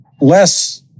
less